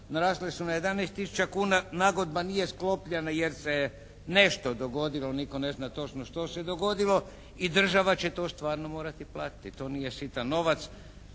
Narasle su na 11 tisuća kuna. Nagodba nije sklopljena jer se je nešto dogodilo, nitko ne zna točno što se dogodilo i država će to stvarno morati platiti. To nije sitan novac,